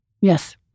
Yes